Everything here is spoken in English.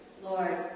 Lord